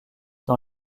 dans